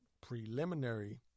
preliminary